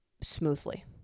smoothly